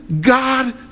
God